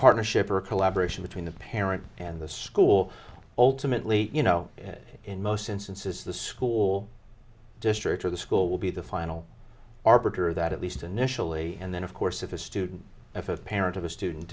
partnership or a collaboration between the parent and the school ultimately you know in most since and says the school district or the school will be the final arbiter of that at least initially and then of course if a student if a parent of a student